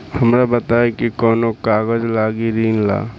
हमरा बताई कि कौन कागज लागी ऋण ला?